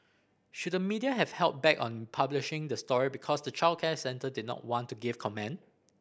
should the media have held back on publishing the story because the childcare centre did not want to give comment